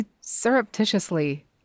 surreptitiously